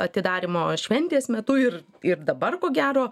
atidarymo šventės metu ir ir dabar ko gero